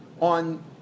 on